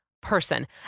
person